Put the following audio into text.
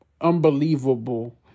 unbelievable